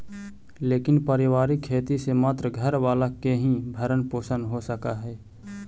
लेकिन पारिवारिक खेती से मात्र घर वाला के ही भरण पोषण हो सकऽ हई